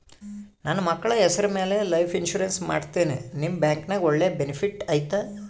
ನನ್ನ ಮಕ್ಕಳ ಹೆಸರ ಮ್ಯಾಲೆ ಲೈಫ್ ಇನ್ಸೂರೆನ್ಸ್ ಮಾಡತೇನಿ ನಿಮ್ಮ ಬ್ಯಾಂಕಿನ್ಯಾಗ ಒಳ್ಳೆ ಬೆನಿಫಿಟ್ ಐತಾ?